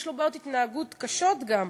יש לו בעיות התנהגות קשות גם,